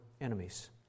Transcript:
enemies